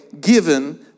given